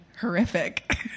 horrific